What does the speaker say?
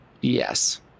Yes